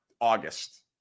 August